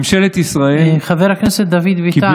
ממשלת ישראל, חבר הכנסת דוד ביטן.